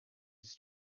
his